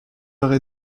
heures